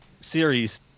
series